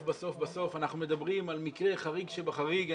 בסוף בסוף אנחנו מדברים על מקרה חריג שבחריג.